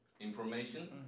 information